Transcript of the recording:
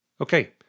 Okay